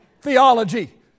theology